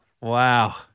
wow